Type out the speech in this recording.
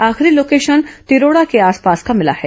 आखिरी लोकेशन तिरोड़ा के आसपास का मिला है